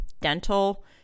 dental